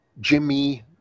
Jimmy